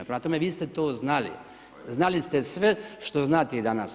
Prema tome, vi ste to znali, znali ste sve što znate i danas.